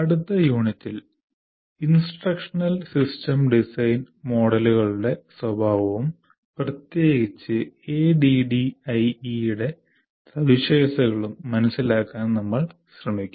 അടുത്ത യൂണിറ്റിൽ instructional system design മോഡലുകളുടെ സ്വഭാവവും പ്രത്യേകിച്ച് ADDIE ന്റെ സവിശേഷതകളും മനസിലാക്കാൻ നമ്മൾ ശ്രമിക്കും